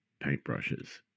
paintbrushes